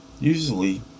Usually